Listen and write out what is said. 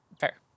Fair